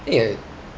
eh